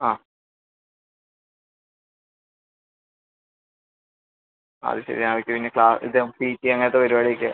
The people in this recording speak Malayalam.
ആ അത് ശരി അവർക്ക് പിന്നെ ക്ലാസ്സ് ഇത് പി ടി എ അങ്ങനത്തെ പരിപാടിയൊക്കെ